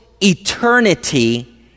eternity